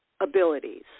abilities